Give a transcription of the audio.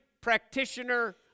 practitioner